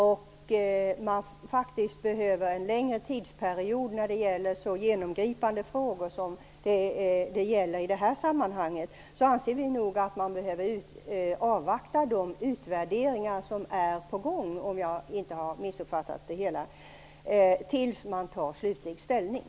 Det behövs faktiskt en längre tidsperiod när det gäller så genomgripande frågor som det är fråga om i detta sammanhang. Vi anser att man bör avvakta de utvärderingar som är på gång, om jag inte har missuppfattat det hela, innan man tar slutlig ställning.